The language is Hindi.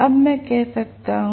अब मैं कह सकता हूं